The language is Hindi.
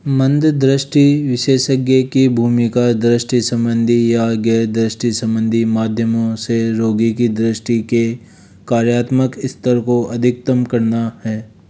मंद दृष्टि विशेषज्ञ की भूमिका दृष्टि संबंधी या गैर दृष्टि संबंधी माध्यमों से रोगी की दृष्टि के कार्यात्मक स्तर को अधिकतम करना है